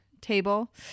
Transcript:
table